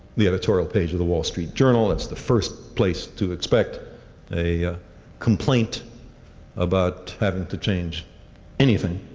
the editorial page of the wall street journal. that's the first place to expect a complaint about having to change anything.